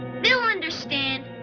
they'll understand